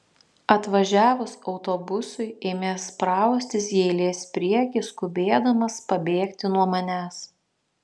atvažiavus autobusui ėmė spraustis į eilės priekį skubėdamas pabėgti nuo manęs